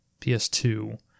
PS2